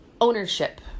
ownership